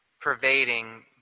pervading